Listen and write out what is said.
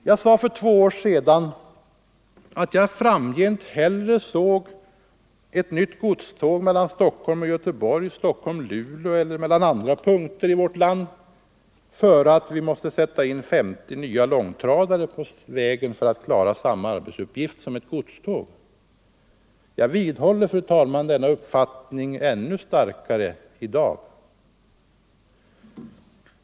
Jag sade för två år sedan att jag framgent hellre såg ett nytt godståg mellan Stockholm och Göteborg, mellan Stockholm och Luleå eller mellan andra järnvägspunkter i vårt land än att vi måste sätta in 50 nya långtradare på vägen för att kunna klara samma arbetsuppgift som ett godståg. Jag vidhåller, fru talman, denna uppfattning ännu starkare i dag.